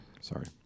sorry